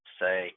say